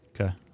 Okay